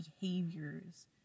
behaviors